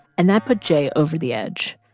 and that put j over the edge.